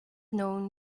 known